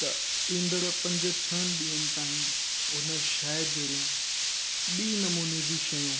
त ईंदड़ु पंजनि छह ॾींहनि ताईं उन शइ जहिड़ियूं ॿीं नमूने जूं शयूं